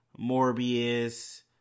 Morbius